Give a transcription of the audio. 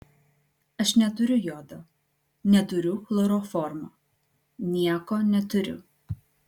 aš neturiu jodo neturiu chloroformo nieko neturiu